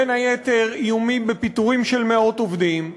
בין היתר איומים בפיטורים של מאות עובדים,